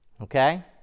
okay